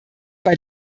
bei